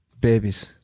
Babies